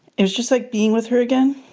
it was just like being with her again.